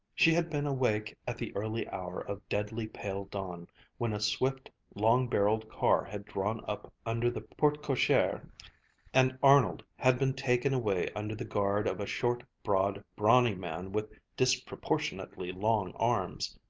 she had been awake at the early hour of deadly pale dawn when a swift, long-barreled car had drawn up under the porte-cochere and arnold had been taken away under the guard of a short, broad, brawny man with disproportionately long arms.